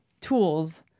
tools